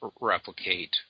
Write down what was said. replicate